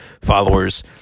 followers